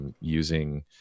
using